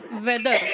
weather